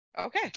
okay